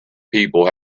people